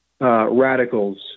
Radicals